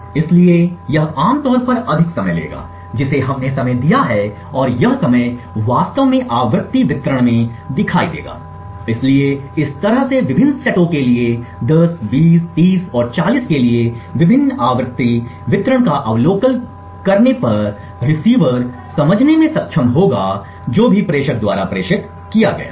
इसलिए यह आम तौर पर अधिक समय लेगा जिसे हमने समय दिया है और यह समय वास्तव में आवृत्ति वितरण में दिखाई देगा इसलिए इस तरह से विभिन्न सेटों के लिए 10 20 30 और 40 के लिए विभिन्न आवृत्ति वितरण का अवलोकन करने पर रिसीवर समझने में सक्षम होगा जो भी प्रेषक द्वारा प्रेषित किया गया है